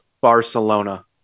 Barcelona